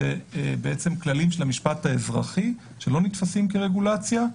כללים של המשפט האזרחי שלא נתפסים כרגולציה.